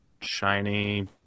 shiny